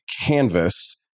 canvas